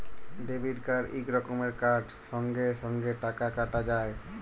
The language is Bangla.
ডেবিট কার্ড ইক রকমের কার্ড সঙ্গে সঙ্গে টাকা কাটা যায়